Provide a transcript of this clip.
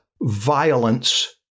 violence